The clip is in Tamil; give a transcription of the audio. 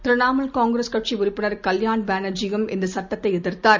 திரிணாமுல் காங்கிரஸ் கட்சிஉறுப்பினர் கல்யாண் பானர்ஜியும் இந்தசுட்டத்தைஎதிர்த்தார்